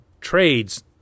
trades